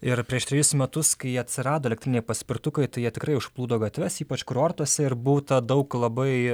ir prieš trejus metus kai atsirado elektriniai paspirtukai tai jie tikrai užplūdo gatves ypač kurortuose ir būta daug labai